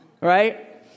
Right